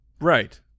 Right